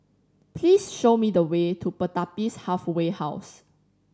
please show me the way to Pertapis Halfway House